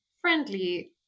friendly